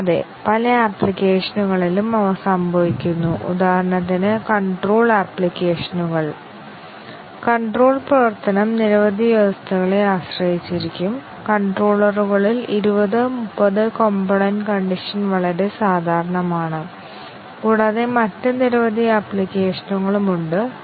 അതിനാൽ ഡിസിഷന്റ്റെ coverage testing നു ഒപ്പം ബേസിക് കണ്ടിഷൻ ഉള്ള പ്രധാന ആശയം ഇത് ബേസിക് കണ്ടിഷൻ ടെസ്റ്റിങ് ഉറപ്പാക്കുന്നുവെന്നും ഡിസിഷൻ ടെസ്റ്റിങ് ഡിസിഷൻ കവറേജ് ഉറപ്പാക്കുന്നതിന് ടെസ്റ്റ് കേസുകളുണ്ടെന്നും ആണ്